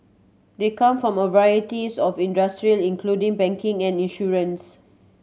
they come from a varieties of industry including banking and insurance